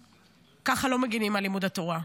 ככה לא מגינים על לימוד התורה,